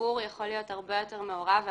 הציבור יכול להיות הרבה יותר מעורב,